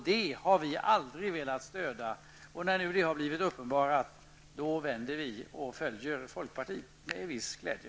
Det har vi aldrig velat stödja. När nu det har blivit uppenbarat vänder vi och följer folkpartiet med viss glädje.